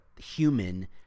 human